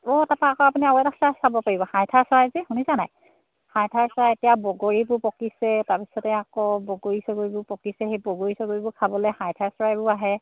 অ' তাৰপৰা আকৌ আপুনি আৰু এটা চৰাই চাব পাৰিব হাইঠা চৰাই যে শুনিছে নাই হাইঠা চৰাই এতিয়া বগৰীবোৰ পকিছে তাৰ পিছতে আকৌ বগৰী চগৰীবোৰ পকিছে সেই বগৰী চগৰীবোৰ খাবলৈ হাইঠা চৰাইও আহে